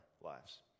lives